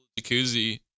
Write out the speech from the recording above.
jacuzzi